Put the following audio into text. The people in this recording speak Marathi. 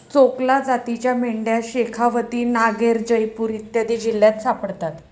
चोकला जातीच्या मेंढ्या शेखावती, नागैर, जयपूर इत्यादी जिल्ह्यांत सापडतात